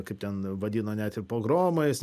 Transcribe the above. kaip ten vadina net ir pogromais